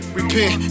repent